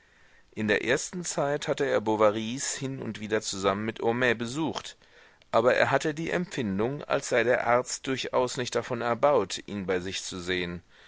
in der ersten zeit hatte er bovarys hin und wieder zusammen mit homais besucht aber er hatte die empfindung als sei der arzt durchaus nicht davon erbaut ihn bei sich zu sehen